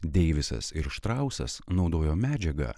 deivisas ir štrausas naudojo medžiagą